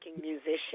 musician